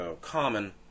common